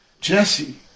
Jesse